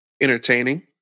entertaining